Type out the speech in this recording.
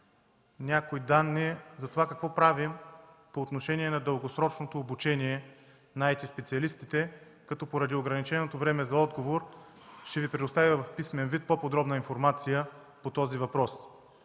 някои данни за това какво правим по отношение на дългосрочното обучение на IT-специалистите, като поради ограниченото време за отговор ще Ви предоставя в писмен вид по-подробна информация по този въпрос.